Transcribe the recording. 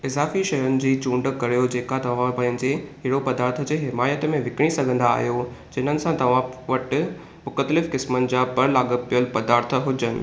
इज़ाफ़ी शयुनि जी चूंड करियो जेका तव्हां पंहिंजे हीरो पदार्थ जे हिमायत में विकणे सघंदा आहियो जिन्हनि सां तव्हां वटु मुख़्तलिफ़ क़िस्मनि जा परलाॻापियलु पदार्थ हुजनि